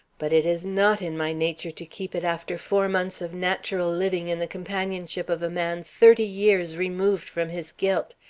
but it is not in my nature to keep it after four months of natural living in the companionship of a man thirty years removed from his guilt,